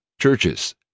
churches